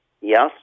Yes